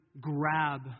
grab